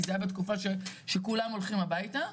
כי זה היה בתקופה שכולם הולכים הביתה,